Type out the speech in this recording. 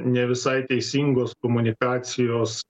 ne visai teisingos komunikacijos